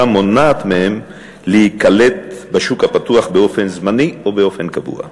מונעת מהם להיקלט בשוק הפתוח באופן זמני או באופן קבוע.